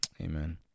amen